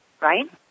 right